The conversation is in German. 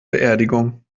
beerdigung